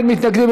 אין מתנגדים,